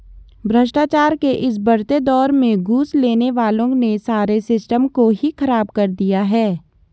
भ्रष्टाचार के इस बढ़ते दौर में घूस लेने वालों ने सारे सिस्टम को ही खराब कर दिया है